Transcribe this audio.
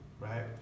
right